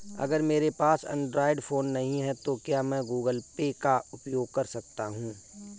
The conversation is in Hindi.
अगर मेरे पास एंड्रॉइड फोन नहीं है तो क्या मैं गूगल पे का उपयोग कर सकता हूं?